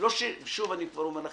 שוב אני אומר.